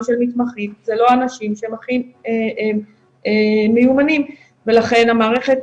של מתמחים זה לא אנשים שהם הכי מיומנים ולכן המערכת,